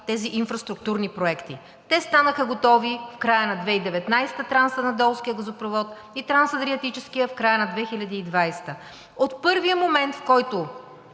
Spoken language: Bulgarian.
тези инфраструктурни проекти. Те станаха готови в края на 2019 г. – Трансанадолският газопровод, и Трансадриатическият в края на 2020 г. От първия момент, в който